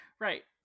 Right